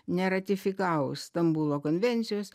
neratifikavo stambulo konvencijos